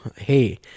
hey